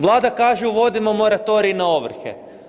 Vlada kaže uvodimo moratorij na ovrhe.